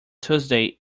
thursday